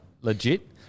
legit